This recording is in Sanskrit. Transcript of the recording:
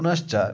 पुनश्च